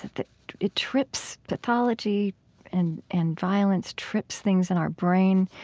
that it trips pathology and and violence trips things in our brain.